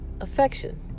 affection